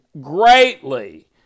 greatly